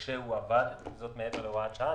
כשהוא עבד, זאת מעבר להוראת שעה.